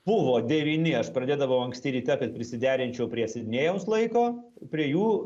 buvo devyni aš pradėdavau anksti ryte kad prisiderinčiau prie sidnėjaus laiko prie jų